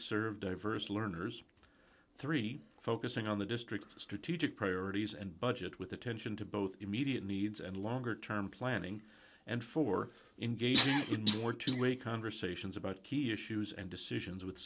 serve diverse learners three focusing on the district strategic priorities and budget with attention to both immediate needs and longer term planning and for ingate or two way conversations about key issues and decisions with